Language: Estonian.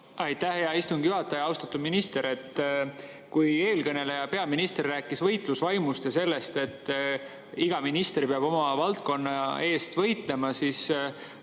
Aitäh, hea istungi juhataja! Austatud minister! Kui eelkõneleja, peaminister, rääkis võitlusvaimust ja sellest, et iga minister peab oma valdkonna eest võitlema, siis